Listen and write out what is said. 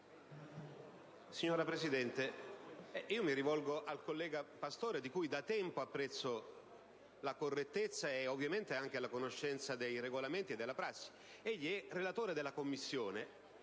Signora Presidente, mi rivolgo al collega Pastore, di cui da tempo apprezzo la correttezza e ovviamente anche la conoscenza dei Regolamenti e della prassi. Egli è relatore della Commissione